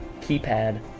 keypad